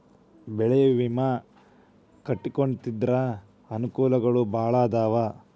ಬೆಳೆ ವಿಮಾ ಕಟ್ಟ್ಕೊಂತಿದ್ರ ಅನಕೂಲಗಳು ಬಾಳ ಅದಾವ